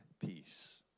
peace